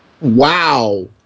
Wow